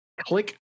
click